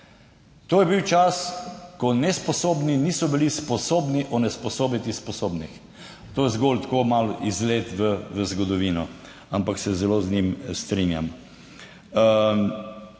to je bil čas, ko nesposobni niso bili sposobni onesposobiti sposobnih. To je zgolj tako malo izlet v zgodovino, ampak se zelo z njim strinjam.